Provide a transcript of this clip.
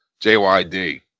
JYD